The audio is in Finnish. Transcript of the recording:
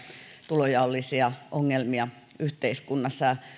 tulonjaollisia ongelmia yhteiskunnassa